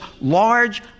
large